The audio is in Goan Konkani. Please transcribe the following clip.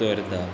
उतोर्दा